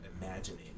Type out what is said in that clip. imagining